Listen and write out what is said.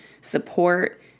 support